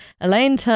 Elaine